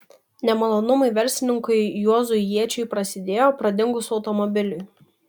nemalonumai verslininkui juozui jėčiui prasidėjo pradingus automobiliui